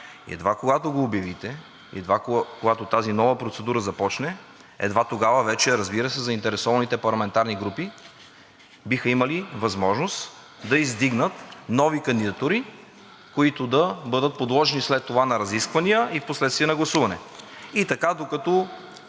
Едва когато го обявите, едва когато тази нова процедура започне, едва тогава вече, разбира се, заинтересованите парламентарни групи биха имали възможност да издигнат нови кандидатури, които да бъдат подложени след това на разисквания и впоследствие на гласуване, и така, докато